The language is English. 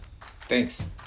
Thanks